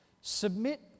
Submit